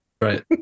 right